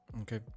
Okay